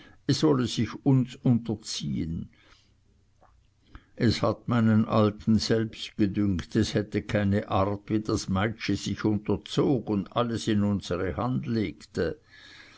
es wolle sich uns unterziehen es hat meinen alten selbst gedünkt es hätte keine art wie das meitschi sich unterzog und alles in unsere hand legte